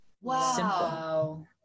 Wow